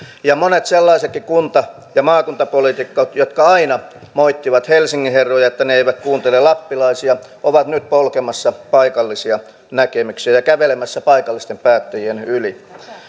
monet sellaisetkin kunta ja maakuntapoliitikot jotka aina moittivat helsingin herroja siitä että he eivät kuuntele lappilaisia ovat nyt polkemassa paikallisia näkemyksiä ja kävelemässä paikallisten päättäjien yli